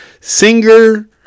singer